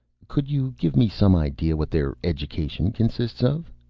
could you give me some idea what their education consists of?